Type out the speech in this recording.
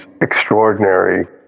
extraordinary